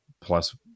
plus